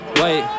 wait